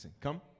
come